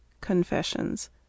confessions